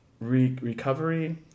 recovery